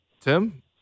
Tim